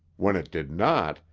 when it did not,